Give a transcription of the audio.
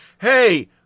Hey